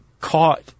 caught